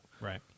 Right